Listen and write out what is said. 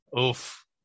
Oof